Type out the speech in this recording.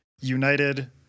United